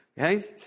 Okay